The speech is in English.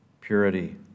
purity